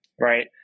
right